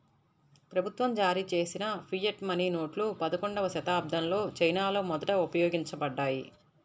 ప్రభుత్వం జారీచేసిన fiat money నోట్లు పదకొండవ శతాబ్దంలో చైనాలో మొదట ఉపయోగించబడ్డాయి